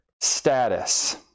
status